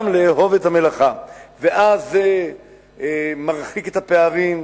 גם לאהוב את המלאכה, ואז זה מרחיק את הפערים,